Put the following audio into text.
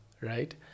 right